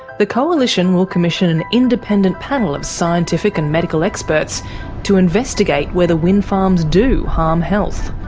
the coalition will commission an independent panel of scientific and medical experts to investigate whether wind farms do harm health.